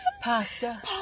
pasta